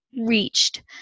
reached